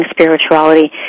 spirituality